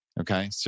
okay